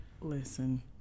Listen